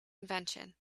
invention